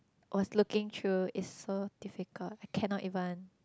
was looking through it's so difficult I cannot even